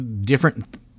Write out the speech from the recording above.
different